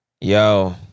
yo